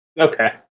Okay